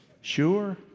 Sure